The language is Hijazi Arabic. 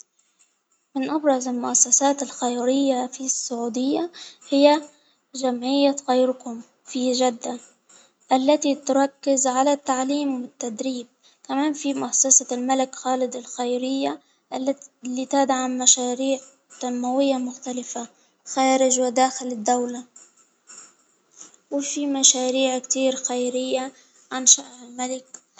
من أبرز المؤسسات الخيرية في السعودية هي جمعية خيركم في جدة، التي تركز على التعليم بالتدريب، تمام في مؤسسة الملك خالد الخيرية التي-لتدعم مشاريع تنموية مختلفة خارج وداخل الدولة، وفي مشاريع كتير خيرية أنشأها الملك.